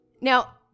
Now